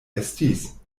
estis